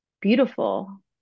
beautiful